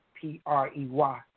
P-R-E-Y